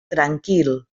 tranquil